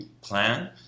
plan